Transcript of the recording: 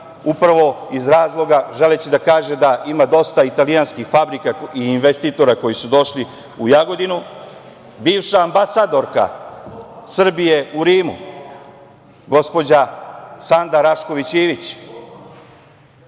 upravo iz razloga želeći da kaže da ima dosta italijanskih fabrika i investitora koji su došli u Jagodinu, bivša ambasadorka Srbije u Rimu, gospođa Sanda Rašković Ivić,